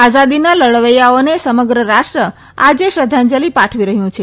આઝાદીના લડવૈયાઓને સમગ્ર રાષ્ટ્ર આજે શ્રદ્વાંજલિ પાઠવી રહ્યું છે